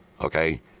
Okay